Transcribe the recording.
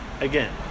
Again